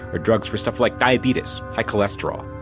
or drugs for stuff like diabetes, high cholesterol.